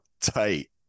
tight